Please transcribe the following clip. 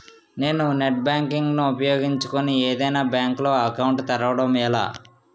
నేను net banking ను ఉపయోగించుకుని ఏదైనా బ్యాంక్ లో అకౌంట్ తెరవడం ఎలా?